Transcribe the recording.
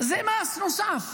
זה מס נוסף.